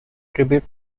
tribute